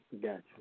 gotcha